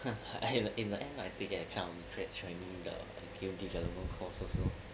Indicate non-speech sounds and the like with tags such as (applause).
(laughs) and in the end I think I kind of regret joining the game development course also